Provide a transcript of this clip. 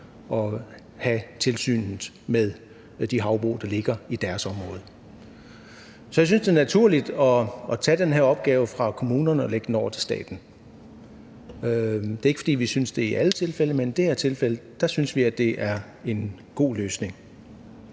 at have tilsynet med de havbrug, der ligger i deres område. Så jeg synes, det er naturligt at tage den her opgave fra kommunerne og lægge den over til staten. Det er ikke, fordi vi synes det i alle tilfælde, men i det her tilfælde synes vi, det er en god løsning.